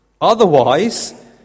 Otherwise